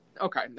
Okay